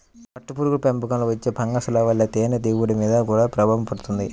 పట్టుపురుగుల పెంపకంలో వచ్చే ఫంగస్ల వలన తేనె దిగుబడి మీద గూడా ప్రభావం పడుతుంది